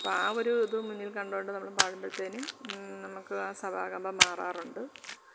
അപ്പോൾ ആ ഒരു ഇത് മുന്നിൽ കണ്ടുകൊണ്ട് നമ്മള് പടുമ്പഴത്തേനും നമുക്ക് ആ സഭാകമ്പം മാറാറുണ്ട്